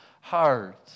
heart